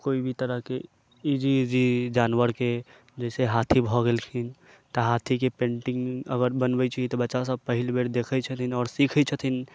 कोइ भी तरहके इजी इजी जानवरके जैसे हाथी भऽ गेलखिन तऽ हाथीके पेंटिंग अगर बनबै छी तऽ बच्चासभ पहिल बेर देखै छथिन आओर सीखै छथिन